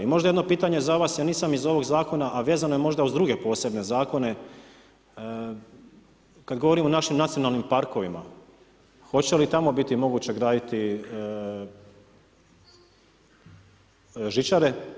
I možda jedno pitanje za vas, ja nisam iz ovog zakona, a vezano je uz druge posebne zakone, kad govorim o našim nacionalnim parkovima, hoće li tamo biti moguće graditi žičare?